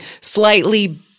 slightly